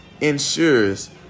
ensures